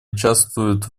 участвует